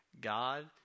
God